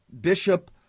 Bishop